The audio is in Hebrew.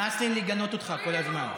נמאס לי לגנות אותך כל הזמן.